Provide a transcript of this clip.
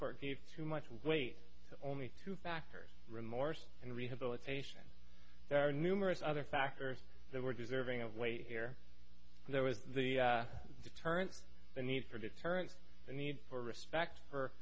court gave too much weight only two factors remorse and rehabilitation there are numerous other factors that were deserving of weight here and there was the deterrent the need for deterrence and the need for respect for